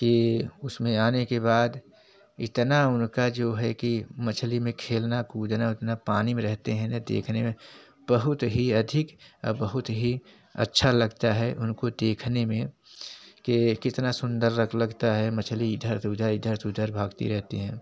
कि उसमें आने के बाद इतना उनका जो है कि मछली में खेलना कूदना उतना पानी में रहते हैं न देखने में बहुत ही अधिक और बहुत ही अच्छा लगता है उनको देखने में कि कितना सुन्दर लग लगता है मछली इधर से उधर इधर से उधर भागती रहती हैं